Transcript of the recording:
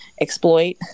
exploit